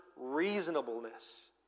reasonableness